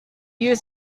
you